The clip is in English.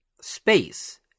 space